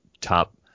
top